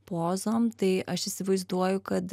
pozom tai aš įsivaizduoju kad